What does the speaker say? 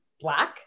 black